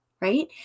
Right